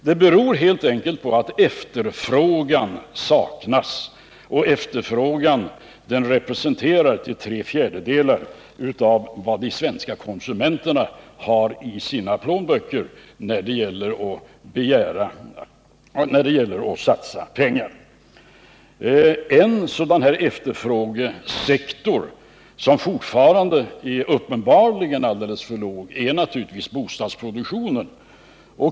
Det beror helt enkelt på att efterfrågan saknas — och efterfrågan representeras till tre fjärdedelar av vad de svenska konsumenterna har i sina plånböcker när det gäller att satsa pengar. En efterfrågesektor som uppenbarligen fortfarande är alldeles för låg är naturligtvis bostadsproduktionen.